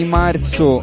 marzo